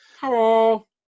Hello